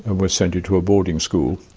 ah we'll send you to a boarding school.